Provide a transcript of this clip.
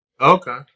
okay